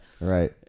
Right